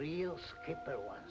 real skip that one